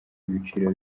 ibiciro